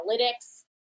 analytics